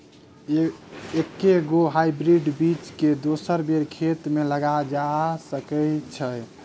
एके गो हाइब्रिड बीज केँ दोसर बेर खेत मे लगैल जा सकय छै?